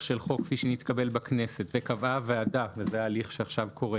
של חוק כפי שנתקבל בכנסת וקבעה הוועדה וזה הליך שקורה עכשיו